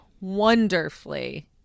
wonderfully